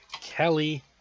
Kelly